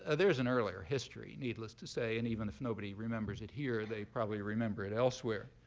ah there's an earlier history, needless to say. and even if nobody remembers it here, they probably remember it elsewhere.